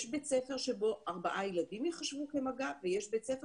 יש בית ספר שבו ארבעה ילדים יחשבו כמגע ויש בית ספר